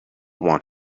want